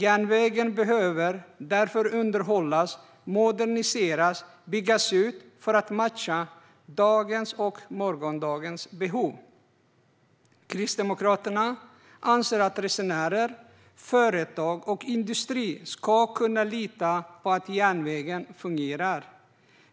Järnvägen behöver därför underhållas, moderniseras och byggas ut för att matcha dagens och morgondagens behov. Resenärer, företag och industri ska kunna lita på att järnvägen fungerar.